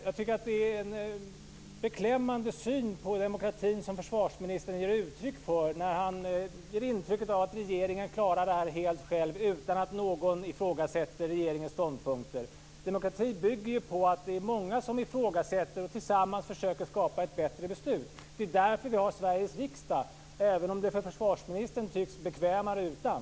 Jag tycker att det är en beklämmande syn på demokratin som försvarsministern ger uttryck för när han ger intryck av att regeringen klarar det här helt själv utan att någon ifrågasätter regeringens ståndpunkter. Demokrati bygger ju på att det är många som ifrågasätter och tillsammans försöker fatta ett bättre beslut. Det är därför vi har Sveriges riksdag, även om det för försvarsministern tycks vara bekvämare utan.